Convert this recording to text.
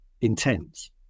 intense